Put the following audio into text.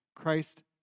Christ